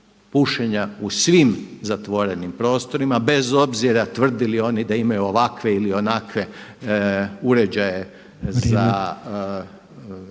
pušenja u svim zatvorenim prostorima bez obzira tvrdili oni da imaju ovakve ili onakve uređaje za